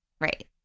right